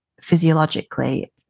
physiologically